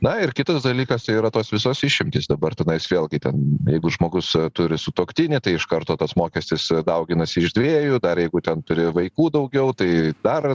na ir kitas dalykas tai yra tos visos išimtys dabar tenais vėlgi ten jeigu žmogus turi sutuoktinį tai iš karto tas mokestis dauginasi iš dviejų dar jeigu ten turi vaikų daugiau tai dar